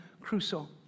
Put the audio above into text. Crusoe